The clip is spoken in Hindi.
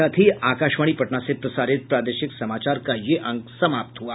इसके साथ ही आकाशवाणी पटना से प्रसारित प्रादेशिक समाचार का ये अंक समाप्त हुआ